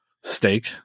steak